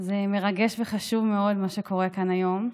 זה מרגש וחשוב מאוד, מה שקורה כאן היום.